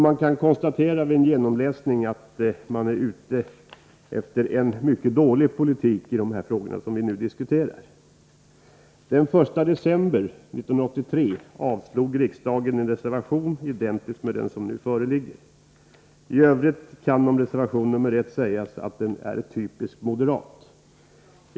Man kan vid en genomläsning konstatera att moderaterna vill föra en mycket dålig politik i de frågor som vi nu diskuterar. Den 1 december 1983 avslog riksdagen en reservation identisk med den som nu föreligger. I övrigt kan om reservationen 1 sägas att den är typiskt moderat.